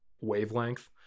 wavelength